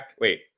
wait